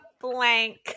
blank